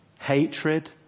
hatred